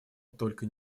только